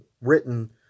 written